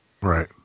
Right